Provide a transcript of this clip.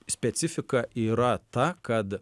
specifika yra ta kad